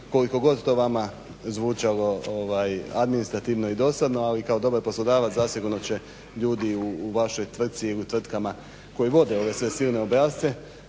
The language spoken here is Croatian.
koliko god to vama zvučalo administrativno i dosadno ali kao dobar poslodavac zasigurno će ljudi u vašoj tvrci i u tvrtkama koje vode ove sve silne obrasce